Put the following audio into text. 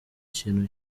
kintu